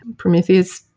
prometheus,